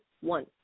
one